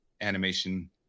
animation